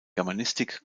germanistik